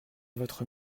votre